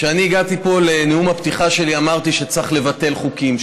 כשאני הגעתי לפה לנאום הפתיחה שלי אמרתי שצריך לבטל חוקים,